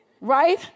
right